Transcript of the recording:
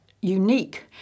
unique